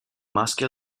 maschi